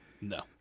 No